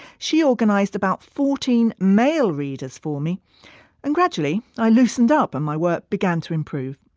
she organised about fourteen male readers for me and gradually i loosened up and my work began to improve.